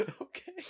Okay